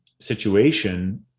situation